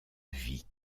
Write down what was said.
vic